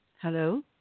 Hello